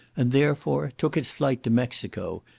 and, therefore, took its flight to mexico,